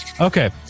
Okay